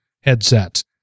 headset